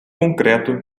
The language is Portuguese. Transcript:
concreto